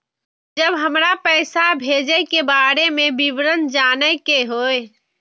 जब हमरा पैसा भेजय के बारे में विवरण जानय के होय?